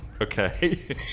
Okay